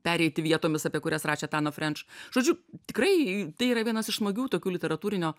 pereiti vietomis apie kurias rašė tana frenč žodžiu tikrai tai yra vienas iš smagių tokių literatūrinio